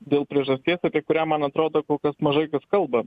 dėl priežasties apie kurią man atrodo kol kas mažai kas kalba